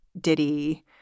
Diddy